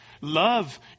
Love